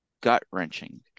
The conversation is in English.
gut-wrenching